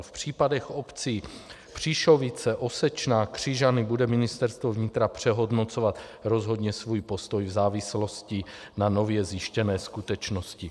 V případech obcí Příšovice, Osečná, Křižany bude Ministerstvo vnitra přehodnocovat rozhodně svůj postoj v závislosti na nově zjištěné skutečnosti.